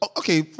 okay